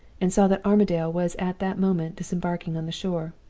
and saw that armadale was at that moment disembarking on the shore.